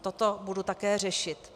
Toto budu také řešit.